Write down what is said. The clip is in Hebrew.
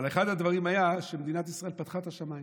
אבל אחד הדברים היה שמדינת ישראל פתחה את השמיים.